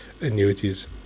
annuities